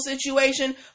situation